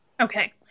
Okay